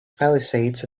palisades